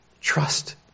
Trust